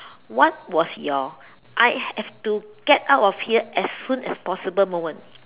what was your I have to get out of here as soon as possible moment